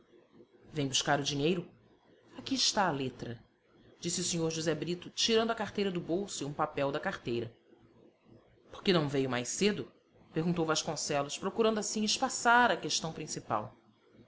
vem buscar o dinheiro aqui está a letra disse o sr josé brito tirando a carteira do bolso e um papel da carteira por que não veio mais cedo perguntou vasconcelos procurando assim espaçar a questão principal